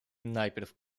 najpierw